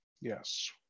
Yes